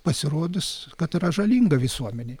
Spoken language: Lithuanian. pasirodys kad yra žalinga visuomenei